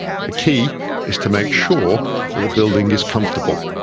the key is to make sure that the building is comfortable,